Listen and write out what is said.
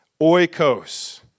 oikos